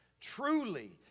truly